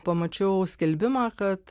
pamačiau skelbimą kad